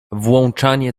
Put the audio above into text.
włączanie